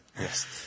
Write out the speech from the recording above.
Yes